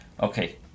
okay